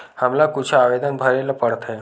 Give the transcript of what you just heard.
हमला कुछु आवेदन भरेला पढ़थे?